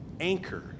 anchor